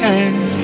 end